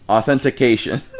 Authentication